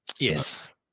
Yes